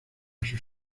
sus